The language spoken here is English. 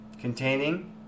containing